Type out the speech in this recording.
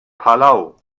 palau